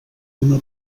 una